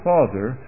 Father